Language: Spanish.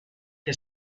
que